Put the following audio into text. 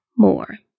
more